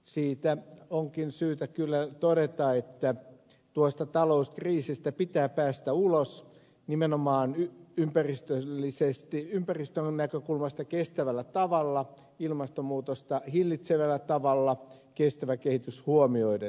siitä onkin syytä kyllä todeta että tuosta talouskriisistä pitää päästä ulos nimenomaan ympäristön näkökulmasta kestävällä tavalla ilmastonmuutosta hillitsevällä tavalla kestävä kehitys huomioiden